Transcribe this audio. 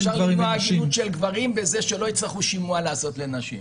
אז אפשר למנוע --- של גברים בזה שלא יצטרכו לעשות שימוע לנשים.